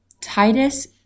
Titus